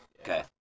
Okay